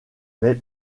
mais